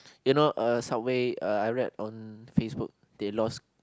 you know uh Subway uh I read on Subway they lost